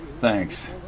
thanks